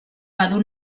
badu